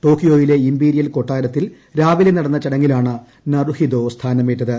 ടോക്കിയോയിലെ imperial കൊട്ടാരത്തിൽ രാവിലെ നടന്ന ചടങ്ങിലാണ് നറുഹിതോ സ്ഥാനമേറ്റത്